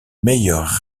meilleurs